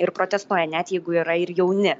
ir protestuoja net jeigu yra ir jauni